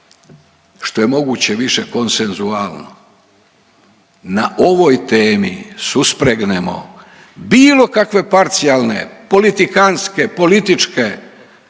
što je moguće više konsensualno na ovoj temi suspregnemo bilo kakve parcijalne, politikantske, političke